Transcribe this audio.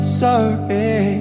sorry